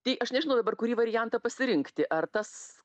tai aš nežinau dabar kurį variantą pasirinkti ar tas